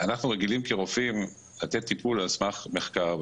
אנחנו רגילים לתת טיפול על סמך מחקר,